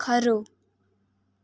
ખરું